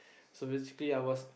so basically I was